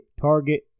Target